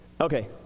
Okay